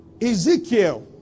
Ezekiel